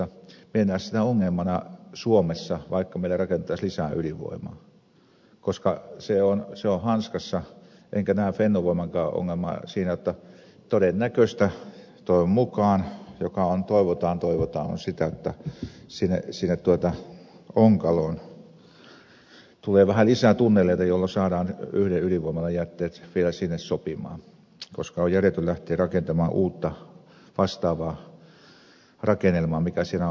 minä en näe sitä ongelmana suomessa vaikka meille rakennettaisiin lisää ydinvoimaa koska se on hanskassa enkä näe fennovoimallakaan ongelmaa siinä koska on todennäköistä toivon mukaan toivotaan toivotaan jotta sinne onkaloon tulee vähän lisää tunneleita jolloin saadaan yhden ydinvoimalan jätteet vielä sinne sopimaan koska on järjetöntä lähteä rakentamaan uutta vastaavaa rakennelmaa mikä siellä on olemassa